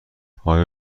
آیا